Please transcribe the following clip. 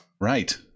right